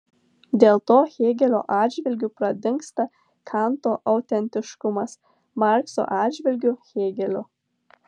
dėl to hėgelio atžvilgiu pradingsta kanto autentiškumas markso atžvilgiu hėgelio